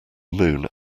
moon